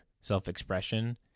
self-expression